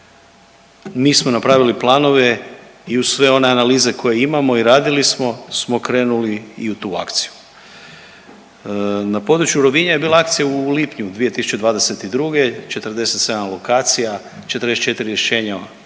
mi smo napravili planove i uz sve one analize koje imamo i radili smo krenuli i u tu akciju. Na području Rovinja je bila akcija u lipnju 2022., 47 lokacija, 44 rješenja o